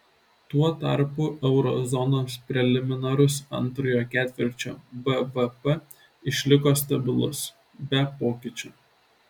tuo tarpu euro zonos preliminarus antrojo ketvirčio bvp išliko stabilus be pokyčio